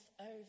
over